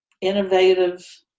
innovative